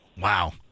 Wow